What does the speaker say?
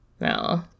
no